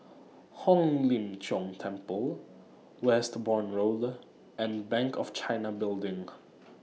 Hong Lim Jiong Temple Westbourne Road and Bank of China Building